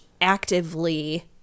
actively